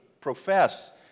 profess